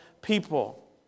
people